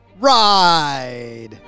ride